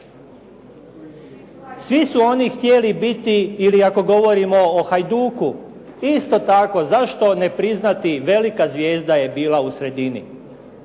Svi su oni htjeli biti ili ako govorimo o Hajduku isto tako, zašto ne priznati velika zvijezda je bila u sredini.